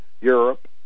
Europe